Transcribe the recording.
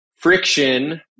friction